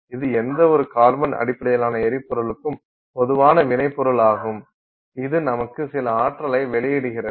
இது எந்தவொரு கார்பன் அடிப்படையிலான எரிபொருளுக்கும் பொதுவான வினை பொருளாகும் இது நமக்கு சில ஆற்றலை வெளியிடுகிறது